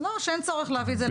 שאין צורך להביא את זה להצבעה.